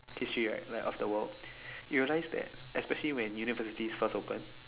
history right of the world you realize that especially when university first open